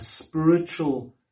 spiritual